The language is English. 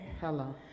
Hello